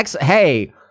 hey